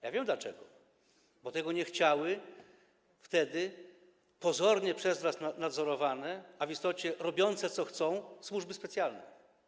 Ja wiem, dlaczego - bo tego nie chciały wtedy pozornie przez was nadzorowane, a w istocie robiły one, co chciały, służby specjalne.